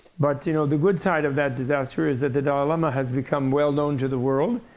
but you know the good side of that disaster is that the dalai lama has become well known to the world.